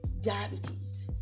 diabetes